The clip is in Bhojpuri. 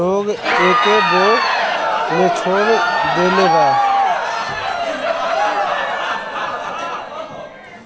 लोग एके बोअ लेछोड़ देले बा